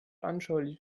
anschaulich